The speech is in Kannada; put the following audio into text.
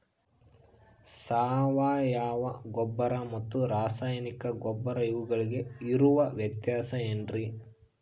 ಸಾವಯವ ಗೊಬ್ಬರ ಮತ್ತು ರಾಸಾಯನಿಕ ಗೊಬ್ಬರ ಇವುಗಳಿಗೆ ಇರುವ ವ್ಯತ್ಯಾಸ ಏನ್ರಿ?